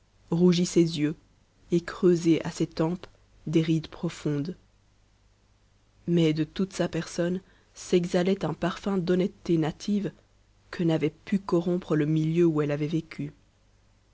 rougi ses yeux et creusé à ses tempes des rides profondes mais de toute sa personne s'exhalait un parfum d'honnêteté native que n'avait pu corrompre le milieu où elle avait vécu